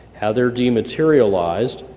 how they're dematerialized,